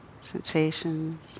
sensations